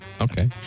Okay